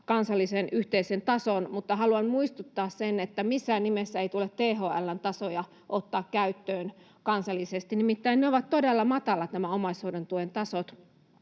kansallisen yhteisen tason, mutta haluan muistuttaa, että missään nimessä ei tule THL:n tasoja ottaa käyttöön kansallisesti. Nimittäin nämä omaishoidon tuen tasot